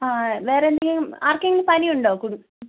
വേറെ ആർക്കെങ്കിലും എന്തെങ്കിലും പനിയുണ്ടോ